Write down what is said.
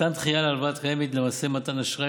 מתן דחייה בהלוואה קיימת הוא למעשה מתן אשראי